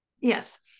Yes